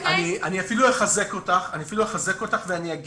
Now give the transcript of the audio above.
אני אפילו אחזק אותך ואני אומר